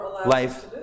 life